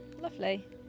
lovely